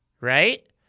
right